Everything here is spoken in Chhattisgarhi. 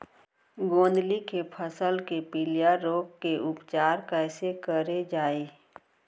गोंदली के फसल के पिलिया रोग के उपचार कइसे करे जाये?